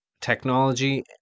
technology